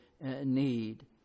need